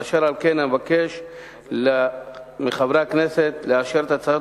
אשר על כן אבקש מחברי הכנסת לאשר את הצעת